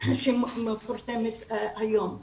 בספרות שמפורסמת היום.